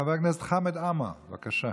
חבר הכנסת חמד עמאר, בבקשה.